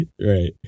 right